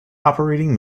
operating